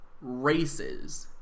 races